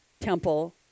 temple